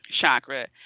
chakra